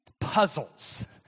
puzzles